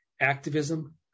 activism